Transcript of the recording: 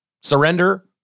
Surrender